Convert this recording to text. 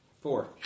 Four